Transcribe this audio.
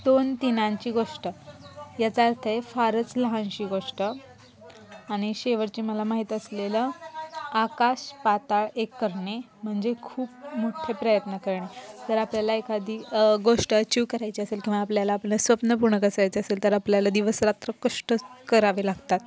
दोन तिनांची गोष्ट याचा अर्थ आहे फारच लहानशी गोष्ट आणि शेवटची मला माहीत असलेलं आकाश पाताळ एक करणे म्हणजे खूप मोठे प्रयत्न करणे जर आपल्याला एखादी गोष्ट अचीव्ह करायची असेल किंवा आपल्याला आपलं स्वप्न पूर्ण करायचं असेल तर आपल्याला दिवसरात्र कष्ट करावे लागतात